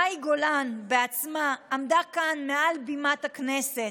מאי גולן בעצמה עמדה כאן מעל בימת הכנסת,